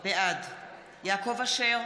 בעד יעקב אשר